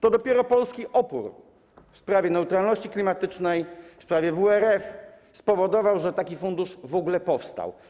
To dopiero polski opór w sprawie neutralności klimatycznej, w sprawie WRF spowodował, że taki fundusz w ogóle powstał.